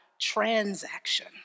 transaction